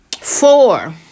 Four